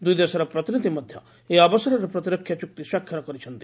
ଦୁଇଦେଶର ପ୍ରତିନିଧି ମଧ୍ଧ ଏହି ଅବସରରେ ପ୍ରତିରକ୍ଷା ଚୁକ୍ତି ସ୍ୱାକ୍ଷର କରିଛନ୍ତି